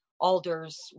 Alder's